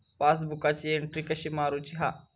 पासबुकाची एन्ट्री कशी मारुची हा?